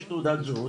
יש תעודת זהות,